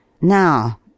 Now